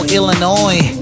Illinois